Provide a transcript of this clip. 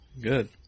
Good